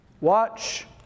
Watch